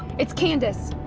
it's candace.